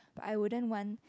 but I wouldn't want